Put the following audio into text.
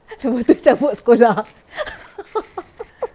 lepas tu cabut sekolah